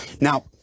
Now